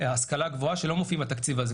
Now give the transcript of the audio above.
ההשכלה הגבוהה שלא מופיעים בתקציב הזה.